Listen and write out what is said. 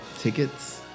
tickets